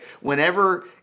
whenever